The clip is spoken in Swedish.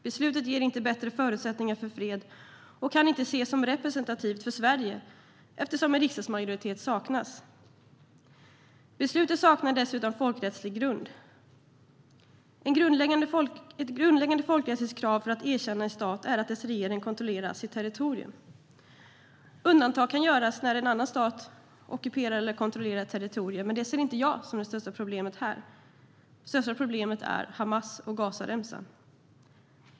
Beslutet ger inte bättre förutsättningar för fred och kan inte ses som representativt för Sverige, eftersom en riksdagsmajoritet saknas. Beslutet saknar dessutom folkrättslig grund. Ett grundläggande folkrättsligt krav för att erkänna en stat är att dess regering kontrollerar sitt territorium. Undantag kan göras när en annan stat ockuperar eller kontrollerar ett territorium, men det ser jag inte som det största problemet här. Det största problemet är Hamas och Gazaremsan.